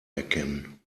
erkennen